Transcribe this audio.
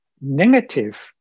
negative